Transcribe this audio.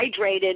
hydrated